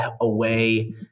away